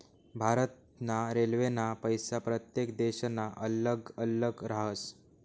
भारत ना रेल्वेना पैसा प्रत्येक देशना अल्लग अल्लग राहस